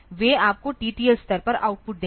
वे आपको टीटीएल स्तर का आउटपुट देंगे